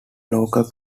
local